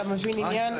אתה מבין עניין.